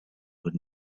would